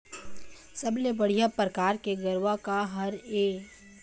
सबले बढ़िया परकार के गरवा का हर ये?